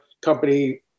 company